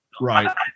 right